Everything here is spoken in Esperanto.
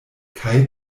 kaj